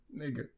Nigga